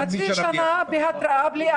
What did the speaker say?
חצי שנה בלי אכיפה.